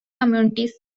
communities